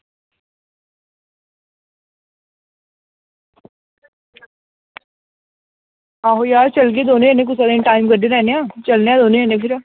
आहो यार चलगै दौनें जनें कुसै दिन टैम कड्ढी लैने आं चलने आ दौनें जन्ने फिर